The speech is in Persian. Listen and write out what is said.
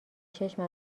چشم